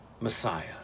Messiah